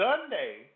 Sunday